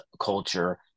culture